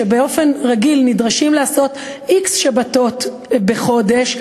שבאופן רגיל נדרשים לעשות x שבתות בחודש,